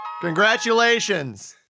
Congratulations